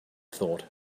thought